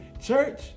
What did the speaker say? Church